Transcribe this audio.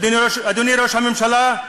אדוני ראש הממשלה,